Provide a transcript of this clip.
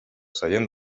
seient